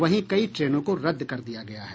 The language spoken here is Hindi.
वहीं कई ट्रेनों को रद्द कर दिया गया है